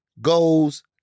goes